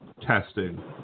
testing